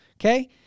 okay